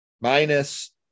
Minus